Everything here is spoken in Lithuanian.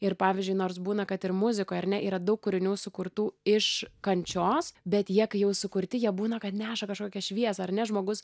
ir pavyzdžiui nors būna kad ir muzikoj ar ne yra daug kūrinių sukurtų iš kančios bet jie kai jau sukurti jie būna kad neša kažkokią šviesą ar ne žmogus